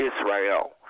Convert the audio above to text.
Israel